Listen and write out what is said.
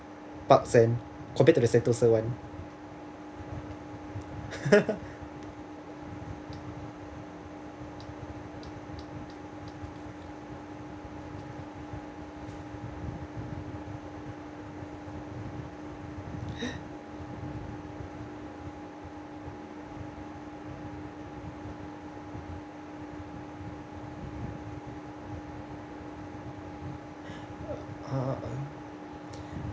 park sand compared to the sentosa [one] uh